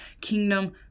kingdom